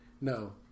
no